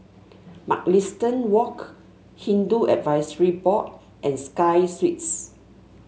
Mugliston Walk Hindu Advisory Board and Sky Suites